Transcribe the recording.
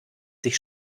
sich